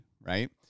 right